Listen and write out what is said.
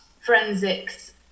forensics